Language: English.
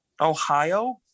Ohio